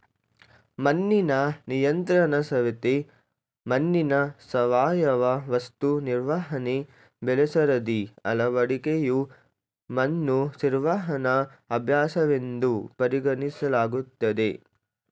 ಮಣ್ಣಿನ ನಿಯಂತ್ರಣಸವೆತ ಮಣ್ಣಿನ ಸಾವಯವ ವಸ್ತು ನಿರ್ವಹಣೆ ಬೆಳೆಸರದಿ ಅಳವಡಿಕೆಯು ಮಣ್ಣು ನಿರ್ವಹಣಾ ಅಭ್ಯಾಸವೆಂದು ಪರಿಗಣಿಸಲಾಗ್ತದೆ